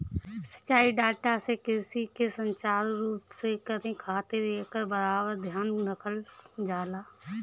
सिंचाई डाटा से कृषि के सुचारू रूप से करे खातिर एकर बराबर ध्यान रखल जाला